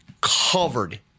covered